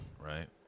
Right